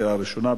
קריאה ראשונה,